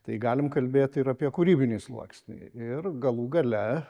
tai galim kalbėt ir apie kūrybinį sluoksnį ir galų gale